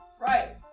Right